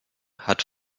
hat